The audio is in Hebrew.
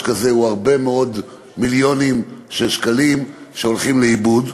כזה הוא הרבה מאוד מיליוני שקלים שהולכים לאיבוד,